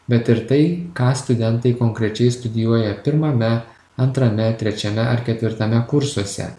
bet ir tai ką studentai konkrečiai studijuoja pirmame antrame trečiame ar ketvirtame kursuose